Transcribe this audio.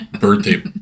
birthday